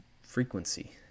frequency